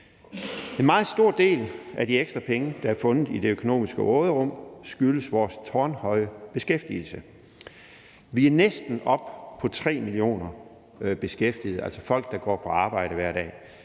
En meget stor del af de ekstra penge, der er fundet i det økonomiske råderum, skyldes vores tårnhøje beskæftigelse. Vi er næsten oppe på 3 millioner beskæftigede, altså folk, der går på arbejde hver dag.